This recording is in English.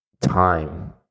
time